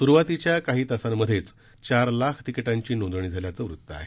सुरुवातीच्या काही तासांमध्येच चार लाख तिकिटांची नोंदणी झाल्याचं वृत्त आहे